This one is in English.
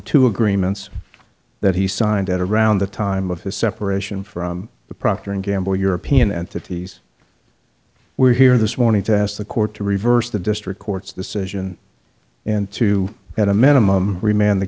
two agreements that he signed at around the time of his separation from the procter and gamble european entities we're here this morning to ask the court to reverse the district court's decision and to at a minimum rema